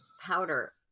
Powder